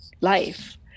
life